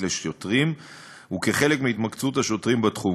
לשוטרים וכחלק מהתמקצעות השוטרים בתחום.